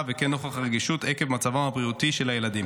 וכן נוכח הרגישות עקב מצבם הבריאותי של הילדים